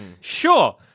Sure